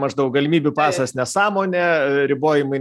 maždaug galimybių pasas nesąmonė ribojimai